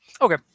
Okay